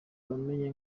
bamenye